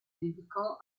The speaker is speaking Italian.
dedicò